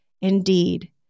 indeed